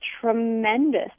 tremendous